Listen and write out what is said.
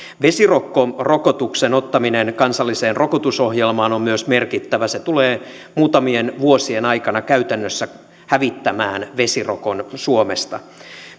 vesirokkorokotuksen ottaminen kansalliseen rokotusohjelmaan on merkittävää se tulee muutamien vuosien aikana käytännössä hävittämään vesirokon suomesta